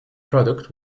product